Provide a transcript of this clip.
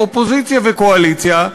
אופוזיציה וקואליציה,